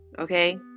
okay